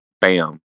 Bam